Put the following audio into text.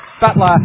Butler